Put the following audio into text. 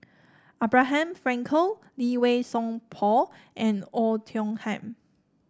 Abraham Frankel Lee Wei Song Paul and Oei Tiong Ham